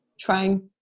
trying